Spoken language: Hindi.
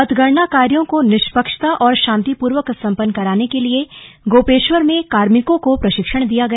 मतगणना कार्यो को निष्पक्षता और शांतिपूर्वक संपन्न कराने के लिए गोपेश्वर में कार्मिकों को प्रशिक्षण दिया गया